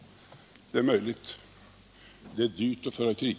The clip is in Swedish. Det är möjligt — det är dyrt att föra krig.